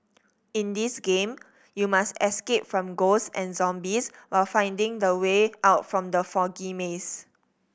in this game you must escape from ghost and zombies while finding the way out from the foggy maze